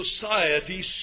society